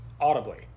audibly